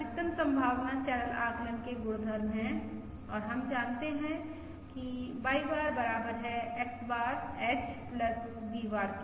अधिकतम संभावना चैनल आकलन के गुणधर्म है और हम जानते हैं कि Y बार बराबर है X बार h V बार के